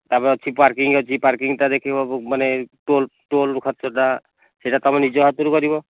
ତାପରେ ଅଛି ପାର୍କିଂ ଅଛି ପାର୍କିଂଟା ଦେଖିବ ମାନେ ଟୋଲ୍ ଟୋଲ୍ ଖର୍ଚ୍ଚଟା ସେଟା ତୁମେ ନିଜ ହାତରୁ କରିବ